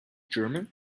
german